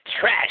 trash